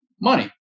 money